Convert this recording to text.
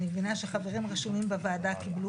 אני מבינה שחברים הרשומים בוועדה קיבלו